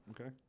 Okay